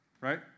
right